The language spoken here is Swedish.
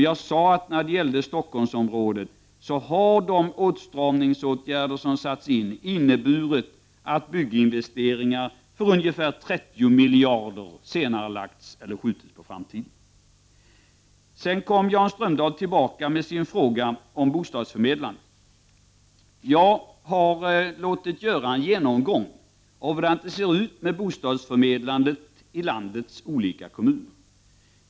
Jag sade när det gäller Stockholmsområdet att de åtstramningsåtgärder som sattes in inneburit att investeringar för ungefär 30 miljarder senarelagts eller skjutits på framtiden. Sedan kom Jan Strömdahl tillbaka med sin fråga om bostadsförmedlande. Jag har låtit göra en genomgång av hur bostadsförmedlandet ser ut i landets olika kommuner.